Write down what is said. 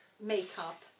makeup